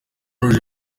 rouge